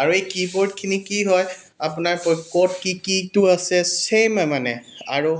আৰু এই কী বোৰ্ডখিনি কি হয় আপোনাৰ ক'ত কি কীটো আছে ছেইম হয় মানে আৰু